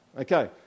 Okay